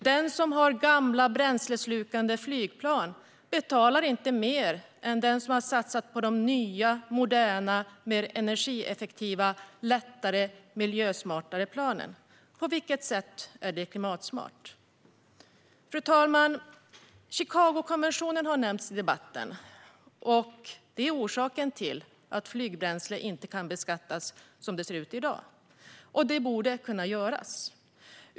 Den som har gamla, bränsleslukande flygplan betalar inte mer än den som har satsat på de nya, moderna, mer energieffektiva, lättare och miljösmartare planen. På vilket sätt är det klimatsmart? Fru talman! Chicagokonventionen har nämnts i debatten. Den är orsaken till att flygbränsle inte kan beskattas, som det ser ut i dag. Det borde kunna göras.